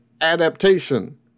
adaptation